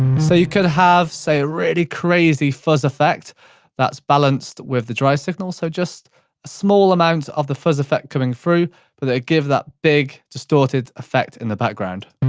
so you can have say a really crazy fuzz effect that's balanced with the dry signal. so just a small amount of the fuzz effect coming through but so it gives that big distorted effect in the background.